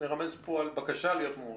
מרמז פה על בקשה להיות מעורב?